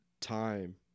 time